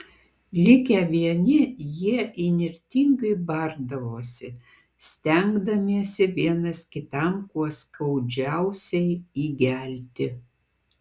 likę vieni jie įnirtingai bardavosi stengdamiesi vienas kitam kuo skaudžiausiai įgelti